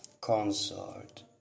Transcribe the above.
consort